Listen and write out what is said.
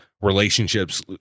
relationships